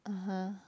(uh huh)